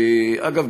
אגב,